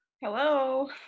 Hello